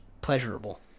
pleasurable